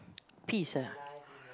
peace ah